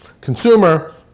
consumer